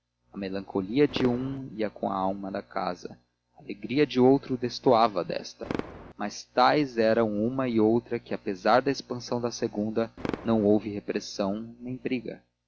a melancolia de um ia com a alma da casa a alegria de outro destoava desta mas tais eram uma e outra que apesar da expansão da segunda não houve repressão nem briga